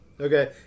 Okay